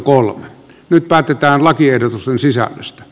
nyt päätetään lakiehdotusten sisällöstä